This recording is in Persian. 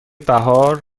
بهار